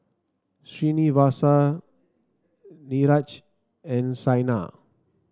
Srinivasa Niraj and Saina